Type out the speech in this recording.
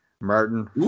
martin